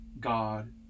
god